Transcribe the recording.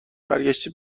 برگشته